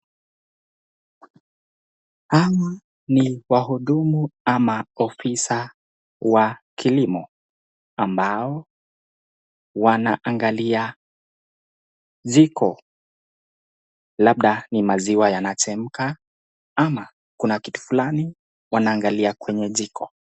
Ama ni wahuduma ama ofisa wa kilimo, ambao wanaangaliwa jiko, labda ni maziwa yanachemka ama kuna kitu fulani wanaangalia kwenye jiko.